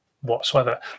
whatsoever